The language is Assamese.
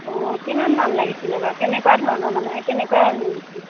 অঁ কিমানমান লাগিছিলে বাৰু কেনেকুৱা ধৰণৰ মানে কেনেকুৱা